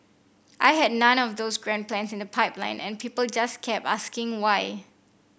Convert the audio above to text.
I had none of those grand plans in the pipeline and people just kept asking why